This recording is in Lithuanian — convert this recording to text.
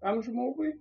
tam žmogui